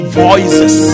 voices